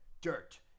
Dirt